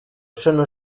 sono